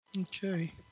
Okay